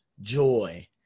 joy